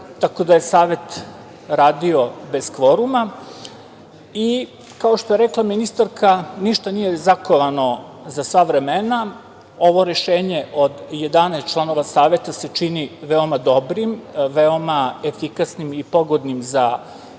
tako da je Savet radio bez kvoruma. Kao što je rekla ministarka, ništa nije zakovano za sva vremena. Ovo rešenje od 11 članova Saveta se čini veoma dobrim, veoma efikasnim i pogodnim za